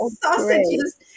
sausages